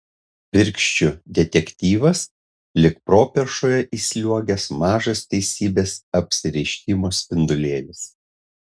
virkščių detektyvas lyg properšoje įsliuogęs mažas teisybės apsireiškimo spindulėlis